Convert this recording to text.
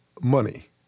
money